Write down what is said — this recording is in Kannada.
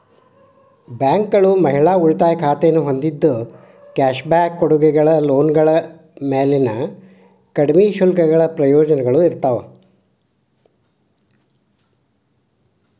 ಬ್ಯಾಂಕ್ಗಳು ಮಹಿಳಾ ಉಳಿತಾಯ ಖಾತೆನ ಹೊಂದಿದ್ದ ಕ್ಯಾಶ್ ಬ್ಯಾಕ್ ಕೊಡುಗೆಗಳ ಲೋನ್ಗಳ ಮ್ಯಾಲಿನ ಕಡ್ಮಿ ಶುಲ್ಕಗಳ ಪ್ರಯೋಜನಗಳ ಇರ್ತಾವ